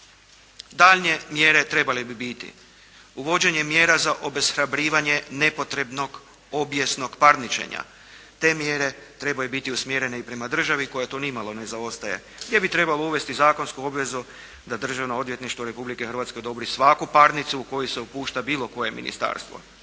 Daljnje mjere trebale bi biti uvođenje mjera za obeshrabrivanje nepotrebnog obijesnog parničenja, te mjere trebaju biti usmjerene i prema državi koja tu ni malo ne zaostaje gdje bi trebalo uvesti zakonsku obvezu da Državno odvjetništvo Republike Hrvatske odobri svaku parnicu u koju se upušta bilo koje ministarstvo.